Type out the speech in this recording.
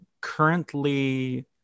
currently